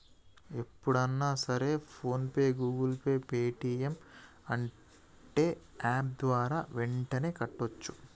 ఎప్పుడన్నా సరే PhonePe Google Pay Paytm అంటే యాప్ ద్వారా యెంటనే కట్టోచ్చు